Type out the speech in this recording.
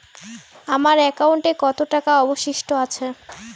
আমার একাউন্টে কত টাকা অবশিষ্ট আছে?